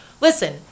Listen